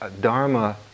Dharma